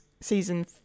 season